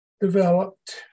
developed